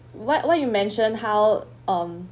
what why you mention how um